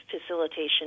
facilitation